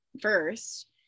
first